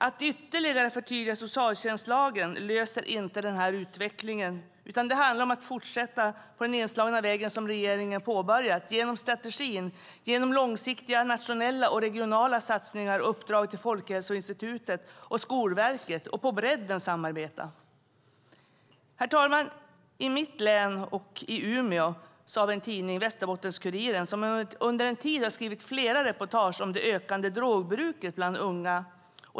Att ytterligare förtydliga socialtjänstlagen löser inte problemet med denna utveckling, utan det handlar om att fortsätta på den inslagna vägen som regeringen har påbörjat med hjälp av strategin, med hjälp av långsiktiga nationella och regionala satsningar, med uppdrag till Folkhälsoinstitutet och Skolverket samt ett brett samarbete. Herr talman! I mitt län och i Umeå har man i tidningen Västerbottens-Kuriren under en tid skrivit flera reportage om det ökande drogbruket bland unga.